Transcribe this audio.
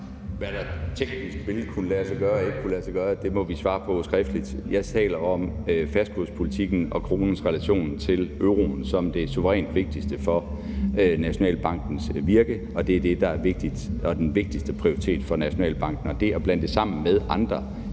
Hvad der teknisk ville kunne lade sig gøre og ikke kunne lade sig gøre, må vi svare på skriftligt. Jeg taler om fastkurspolitikken og kronens relation til euroen som det suverænt vigtigste for Nationalbankens virke, og det er det, der er vigtigt og den vigtigste prioritet for Nationalbanken. Det at blande det sammen med andre